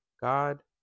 God